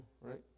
right